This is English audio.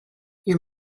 your